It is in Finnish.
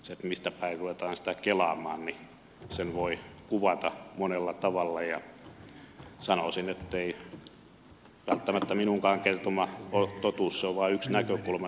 sen mistä päin ruvetaan sitä kelaamaan voi kuvata monella tavalla ja sanoisin ettei välttämättä minunkaan kertomani ole totuus se on vaan yksi näkökulma siihen asiaan